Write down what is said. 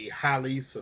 highly